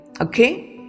Okay